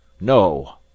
No